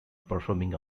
performing